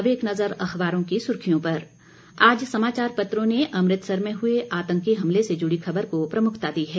अब एक नजर अखबारों की सुर्खियों पर आज समाचापत्रों ने अमृतसर में हुए आतंकी हमले से जुड़ी खबर को प्रमुखता दी है